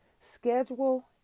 schedule